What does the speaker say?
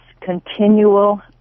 continual